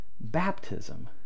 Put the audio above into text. baptism